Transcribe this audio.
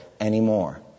anymore